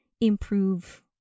improve